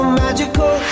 magical